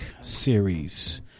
series